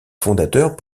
fondateurs